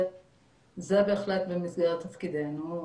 זה בהחלט במסגרת תפקידנו,